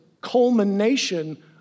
culmination